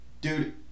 dude